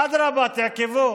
אדרבה, תעקבו.